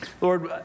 Lord